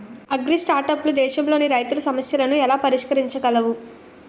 అగ్రిస్టార్టప్లు దేశంలోని రైతుల సమస్యలను ఎలా పరిష్కరించగలవు?